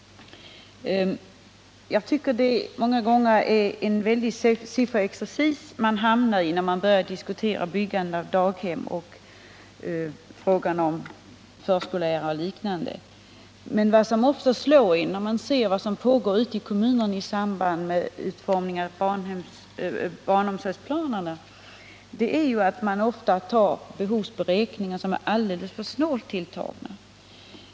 Jag tycker att inan många gånger hamnar i en sifferexercis, när man diskuterar byggande av daghem, frågan om förskollärare och liknande. Något som också slår en när man ser vad som pågår ute i kommunerna i samband med utformningen av barnomsorgsplanerna är att man ofta stöder sig på behovsberäkningar som är alldeles för snålt tilltagna.